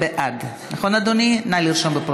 (אסדרת רישיונות לשידורי